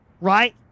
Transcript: right